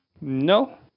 No